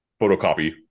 photocopy